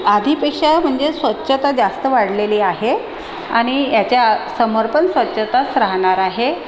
आधीपेक्षा म्हणजे स्वच्छता जास्त वाढलेली आहे आणि याच्यासमोर पण स्वछताच राहणार आहे